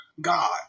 God